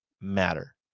matter